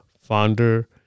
founder